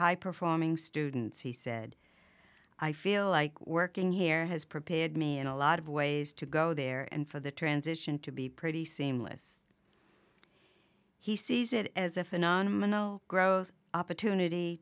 high performing students he said i feel like working here has prepared me in a lot of ways to go there and for the transition to be pretty seamless he sees it as a phenomenal growth opportunity